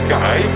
Guy